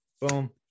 Boom